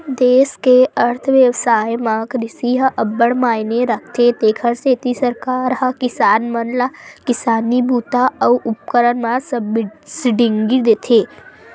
देस के अर्थबेवस्था म कृषि ह अब्बड़ मायने राखथे तेखर सेती सरकार ह किसान मन ल किसानी बूता अउ उपकरन म सब्सिडी देथे